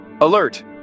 alert